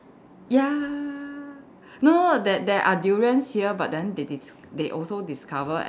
ya no that there are durians here but then they dis~ they also discover and then